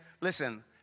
Listen